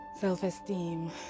self-esteem